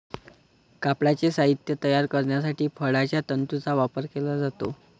कापडाचे साहित्य तयार करण्यासाठी फळांच्या तंतूंचा वापर केला जातो